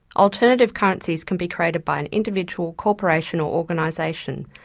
alternative currencies can be created by an individual, corporation, or organisation,